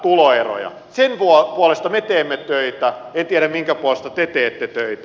sen puolesta me teemme töitä en tiedä minkä puolesta te teette töitä